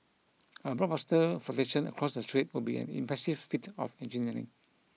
a blockbuster flotation across the strait would be an impressive feat of engineering